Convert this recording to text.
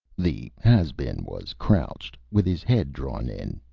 the has-been was crouched, with his head drawn in,